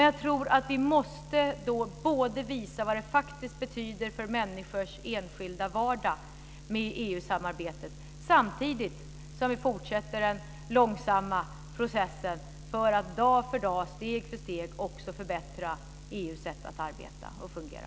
Jag tror att vi måste både visa vad det betyder för människors enskilda vardag med EU-samarbetet och fortsätta med den långsamma processen för att dag för dag, steg för steg, också förbättra EU:s sätt att arbeta och fungera.